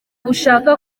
gushaka